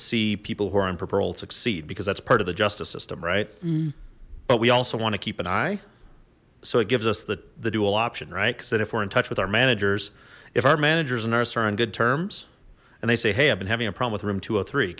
see people who are in paroled succeed because that's part of the justice system right mm hmm but we also want to keep an eye so it gives us the the dual option right because then if we're in touch with our managers if our managers our nurse are on good terms and they say hey i've been having a prom with room two